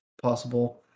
possible